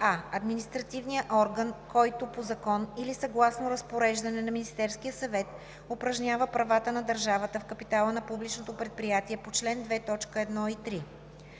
а) административен орган, който по закон или съгласно разпореждане на Министерския съвет упражнява правата на държавата в капитала на публично предприятие по чл. 2, т,